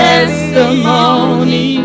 Testimony